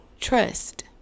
trust